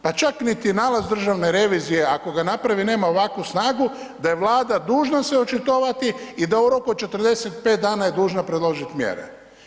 Pa čak niti nalaz državne revizije ako ga napravi nema ovakvu snagu da je Vlada dužna se očitovati i da u roku od 45 dana je dužna predložiti mjere.